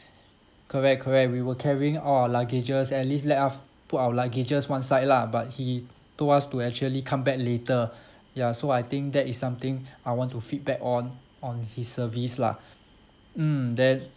correct correct we were carrying all our luggages at least let us put our luggages one side lah but he told us to actually come back later ya so I think that is something I want to feedback on on his service lah mm then